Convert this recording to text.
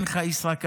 אין לך ישראכרט,